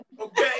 Okay